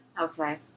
Okay